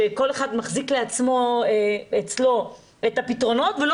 שכל אחד מחזיק אצלו את הפתרונות ולא